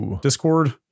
Discord